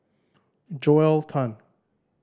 Joel Tan